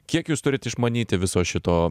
kiek jūs turit išmanyti viso šito